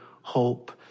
hope